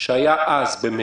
שהיה אז במרץ,